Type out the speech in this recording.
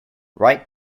ripe